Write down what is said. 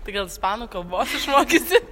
tai gal ispanų kalbos išmokysi